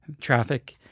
traffic